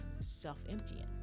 self-emptying